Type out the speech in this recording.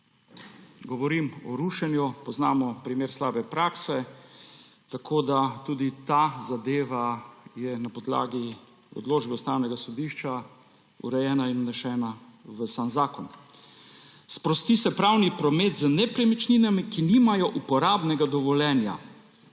Govorim o rušenju. Poznamo primer slabe prakse. Tudi ta zadeva je urejena na podlagi odločbe Ustavnega sodišča in vnesena v sam zakon. Sprosti se pravni promet z nepremičninami, ki nimajo uporabnega dovoljenja.